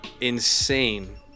Insane